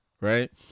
Right